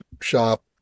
shop